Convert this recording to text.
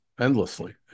endlessly